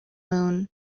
moon